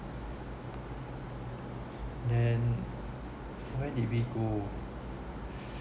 then where did we go